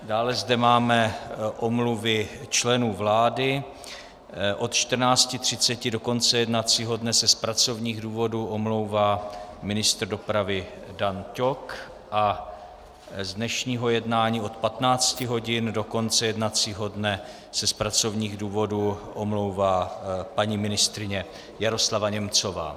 Dále zde máme omluvy členů vlády od 14.30 do konce jednacího dne se z pracovních důvodů omlouvá ministr dopravy Dan Ťok a z dnešního jednání od 15 hodin do konce jednacího dne se z pracovních důvodů omlouvá paní ministryně Jaroslava Němcová.